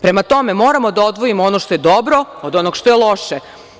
Prema tome, moramo da odvojimo ono što je dobro od onoga što je loše.